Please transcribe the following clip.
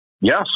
Yes